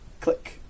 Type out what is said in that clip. Click